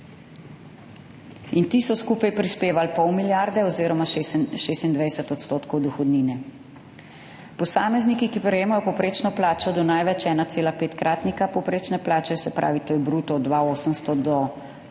in ti so skupaj prispevali pol milijarde oziroma še 26 % dohodnine. Posamezniki, ki prejemajo povprečno plačo do največ 1,5-kratnika povprečne plače, se pravi, to je bruto 2 tisoč